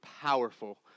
powerful